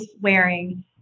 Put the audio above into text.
wearing